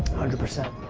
hundred percent.